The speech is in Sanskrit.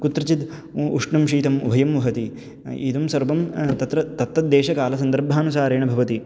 कुत्रचित् उ उष्णं शीतम् उभयं वहति इदं सर्वं तत्र तत्तद्देशकालसन्दर्भानुसारेण भवति